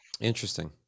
Interesting